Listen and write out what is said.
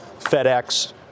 FedEx